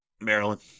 Maryland